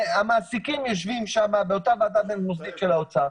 והמעסיקים יושבים באותה ועדה בין-מוסדית של האוצר,